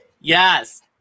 yes